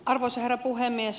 arvoisa herra puhemies